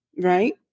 Right